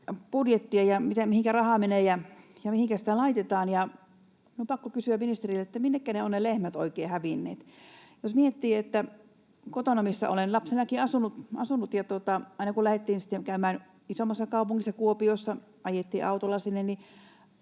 budjettia ja sitä, mihinkä rahaa menee ja mihinkä sitä laitetaan. Minun on pakko kysyä ministeriltä: minnekä lehmät ovat oikein hävinneet? Jos miettii, niin kotona, missä olen lapsenakin asunut, aina kun lähdettiin käymään isommassa kaupungissa Kuopiossa, ajettiin autolla sinne,